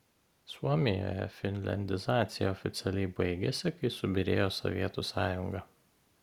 suomijoje finliandizacija oficialiai baigėsi kai subyrėjo sovietų sąjunga